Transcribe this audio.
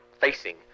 facing